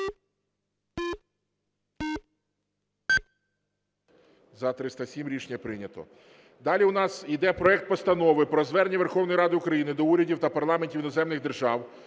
За-307 Рішення прийнято. Далі у нас іде проект Постанови про Звернення Верховної Ради України до урядів та парламентів іноземних держав